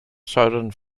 zuiden